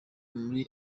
muri